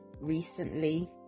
recently